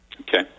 Okay